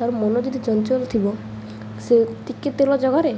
ତାର ମନ ଯଦି ଚଞ୍ଚଲ ଥିବ ସେ ଟିକେ ତେଲ ଯାଗାରେ